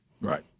Right